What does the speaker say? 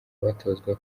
batozwa